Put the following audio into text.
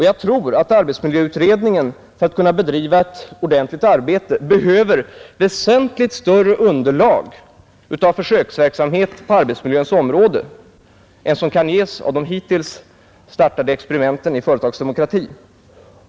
Jag tror att arbetsmiljöutredningen för att kunna bedriva ett ordentligt arbete behöver väsentligt större underlag av försöksverksamhet på arbetsmiljöns område än som kan ges av de hittills startade experimenten i företagsdemokrati.